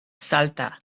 salta